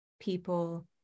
people